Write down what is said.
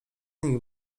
nich